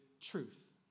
truth